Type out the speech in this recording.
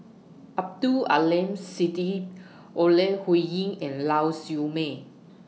Abdul Aleem Siddique Ore Huiying and Lau Siew Mei